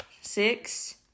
Six